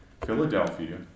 Philadelphia